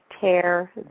tear